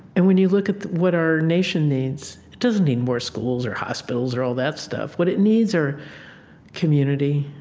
and when you look at what our nation needs, it doesn't need more schools or hospitals or all that stuff. what it needs are community,